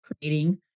creating